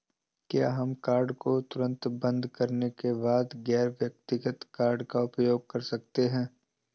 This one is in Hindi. क्या हम कार्ड को तुरंत बंद करने के बाद गैर व्यक्तिगत कार्ड का उपयोग कर सकते हैं?